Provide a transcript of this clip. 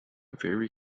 very